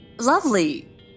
lovely